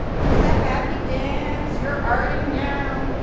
do the happy dance. you're arting now.